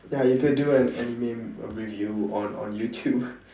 ya you could do an anime r~ review on on YouTube